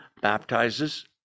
baptizes